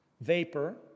vapor